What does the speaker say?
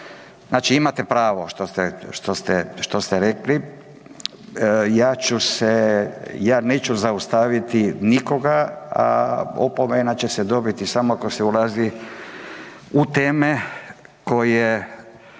Znači imate pravo što ste rekli. Ja ću se, ja neću zaustaviti nikoga, a opomena će se dobiti samo ako se ulazi u teme koje